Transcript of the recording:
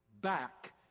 back